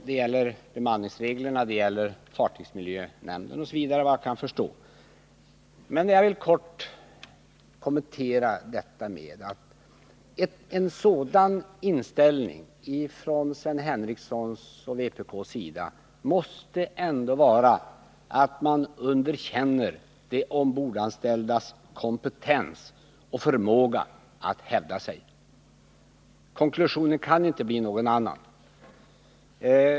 Det gäller bemanningsreglerna, det gäller fartygsmiljönämnden, osv. En sådan inställning från Sven Henricssons och vpk:s sida bygger på att man underkänner de ombordanställdas kompetens och förmåga att hävda sig. Konklusionen kan inte bli någon annan.